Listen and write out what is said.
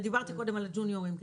ודיברתי קודם על הג'וניורים כמגמה.